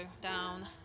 down